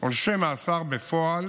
עונשי מאסר בפועל